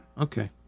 Okay